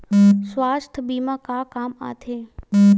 सुवास्थ बीमा का काम आ थे?